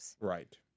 Right